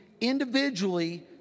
individually